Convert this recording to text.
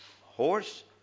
horse